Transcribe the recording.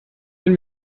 wenn